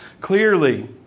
clearly